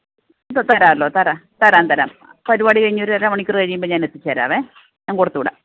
തരാമല്ലോ തരാം തരാം തരാം പരിപാടി കഴിഞ്ഞ് ഒരു അരമണിക്കൂർ കഴിയുമ്പോൾ ഞാനെത്തിച്ചു തരാമേ ഞാൻ കൊടുത്തു വിടാം